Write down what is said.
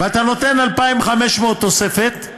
ואתה נותן 2,500 תוספת,